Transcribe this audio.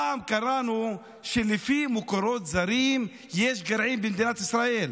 פעם קראנו שלפי מקורות זרים יש גרעין במדינת ישראל.